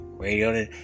radio